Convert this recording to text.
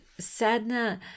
Sadna